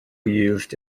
used